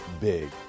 big